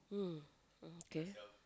mm okay